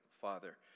Father